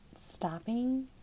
stopping